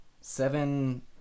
Seven